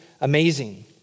amazing